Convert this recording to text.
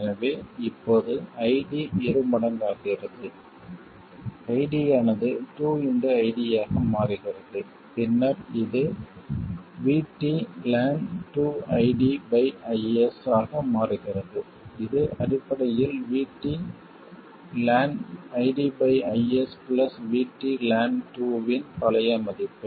எனவே இப்போது ID இருமடங்காகிறது ID ஆனது 2 ID யாக மாறுகிறது பின்னர் இது Vt ln 2IdIs ஆக மாறுகிறது இது அடிப்படையில் Vt ln IDIs Vt ln 2 இன் பழைய மதிப்பு